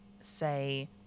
say